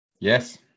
Yes